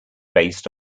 based